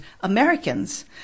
Americans